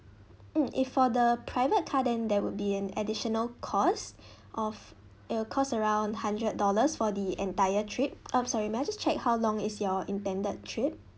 mm if for the private car then there would be an additional costs of it'll cost around hundred dollars for the entire trip !oops! sorry may I just check how long is your intended trip